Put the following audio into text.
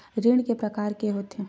ऋण के प्रकार के होथे?